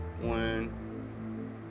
one